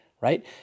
right